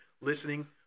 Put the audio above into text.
listening